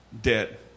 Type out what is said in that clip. Dead